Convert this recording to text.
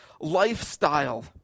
lifestyle